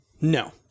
no